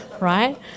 right